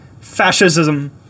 fascism